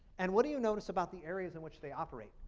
and what do you notice about the areas in which they operate?